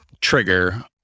trigger